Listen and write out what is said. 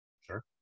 Sure